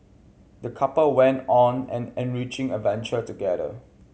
the couple went on an enriching adventure together